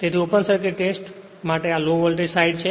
તેથી open circuit test માટે આ લો વોલ્ટેજ સાઇડ છે